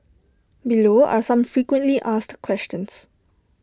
below are some frequently asked questions